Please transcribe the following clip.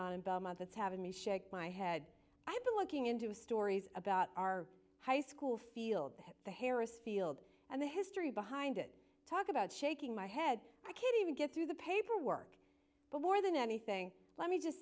that's having me shake my head i've been looking into a stories about our high school field the harris field and the history behind it talk about shaking my head i can't even get through the paperwork but more than anything let me just